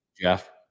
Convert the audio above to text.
Jeff